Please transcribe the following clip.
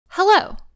Hello